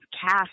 cast